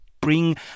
bring